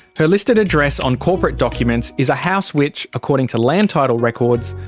her listed address on corporate documents is a house which, according to land title records,